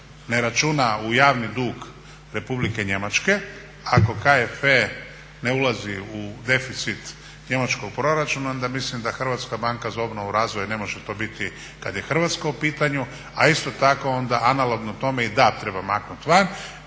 ne računa u javni dug Republike Njemačke, ako KFV ne ulazi ne ulazi u deficit njemačkog proračuna onda mislim da Hrvatska banka za obnovu i razvoj ne može to biti kada je Hrvatska u pitanju. A isto tako onda analogno tome i DAB treba maknuti van.